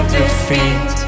defeat